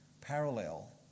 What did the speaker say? parallel